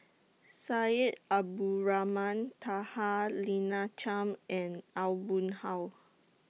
Syed Abdulrahman Taha Lina Chiam and Aw Boon Haw